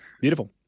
Beautiful